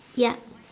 ya